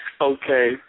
Okay